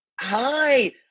Hi